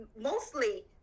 mostly